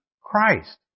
Christ